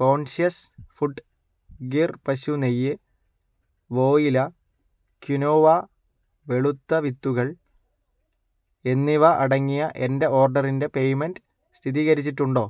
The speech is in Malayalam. കോൺഷ്യസ് ഫുഡ് ഗിർ പശു നെയ്യ് വോയില ക്വിനോവ വെളുത്ത വിത്തുകൾ എന്നിവ അടങ്ങിയ എന്റെ ഓർഡറിന്റെ പേയ്മെന്റ് സ്ഥിരീകരിച്ചിട്ടുണ്ടോ